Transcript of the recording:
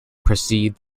processed